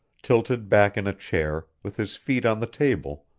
tilted back in a chair, with his feet on the table,